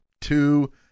two